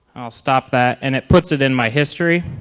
i'll stop that. and it puts it in my history.